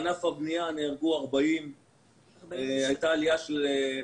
בענף הבנייה נהרגו 40. בשנה שעברה הייתה עלייה של --- 47.